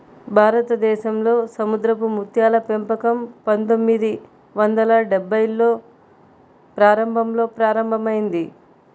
భారతదేశంలో సముద్రపు ముత్యాల పెంపకం పందొమ్మిది వందల డెభ్భైల్లో ప్రారంభంలో ప్రారంభమైంది